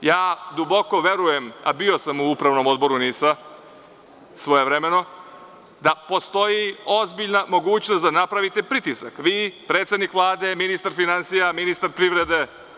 Duboko verujem, a bio sam u Upravnom odboru NIS-a svojevremeno, da postoji ozbiljna mogućnost da napravite pritisak, vi, predsednik Vlade, ministar finansija, ministar privrede.